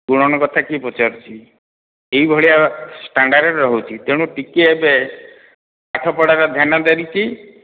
ଗୁଣନ କଥା କି ପଚାରୁଛି ଏଇ ଭଳିଆ ଷ୍ଟାଣ୍ଡାର୍ଡ଼୍ରେ ରହୁଛି ତେଣୁ ଟିକିଏ ଏବେ ପାଠ ପଢ଼ାରେ ଧ୍ୟାନ ଦେଇକି